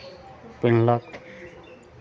पेन्हलक